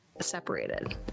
separated